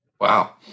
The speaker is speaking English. Wow